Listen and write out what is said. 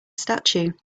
statue